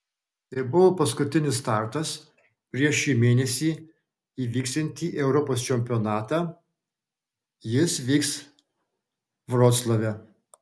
tai buvo paskutinis startas prieš šį mėnesį įvyksiantį europos čempionatą jis vyks vroclave